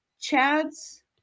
Chad's